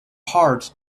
hard